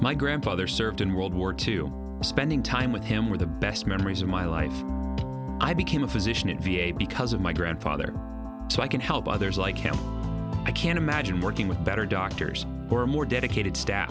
my grandfather served in world war two spending time with him were the best memories of my life i became a physician in v a because of my grandfather so i can help others like him i can't imagine working with better doctors or more dedicated staff